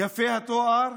יפי התואר.